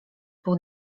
był